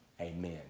amen